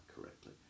correctly